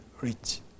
rich